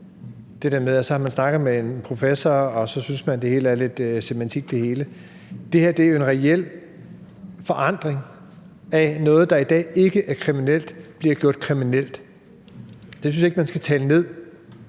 det der med, at så har man snakket med en professor, og så synes man, at det hele handler om semantik. Det her er jo en reel forandring af noget. Noget, der i dag ikke er kriminelt, bliver gjort kriminelt. Det synes jeg ikke man skal tale ned.